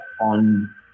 on